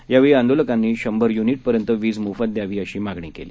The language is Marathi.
यावेळी आंदोलकांनी शंभर युनिटपर्यंत वीज मोफत द्यावी अशी मागणी केली